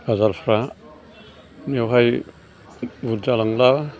बाजारफ्रा बेवहाय बुरजा लांब्ला